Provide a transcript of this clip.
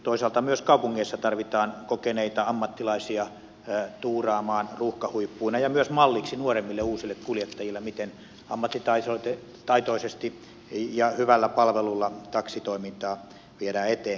toisaalta myös kaupungeissa tarvitaan kokeneita ammattilaisia tuuraamaan ruuhkahuippuina ja myös malliksi nuoremmille uusille kuljettajille miten ammattitaitoisesti ja hyvällä palvelulla taksitoimintaa viedään eteenpäin